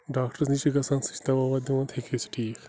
ڈاکٹرَس نِش چھِ گژھان سُہ چھِ دوا وَوا دوان تہِ ہیٚکہِ ٹھیٖک